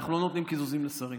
אנחנו לא נותנים קיזוזים לשרים,